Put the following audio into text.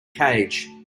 cage